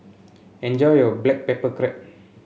enjoy your Black Pepper Crab